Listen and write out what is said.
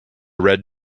red